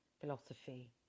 philosophy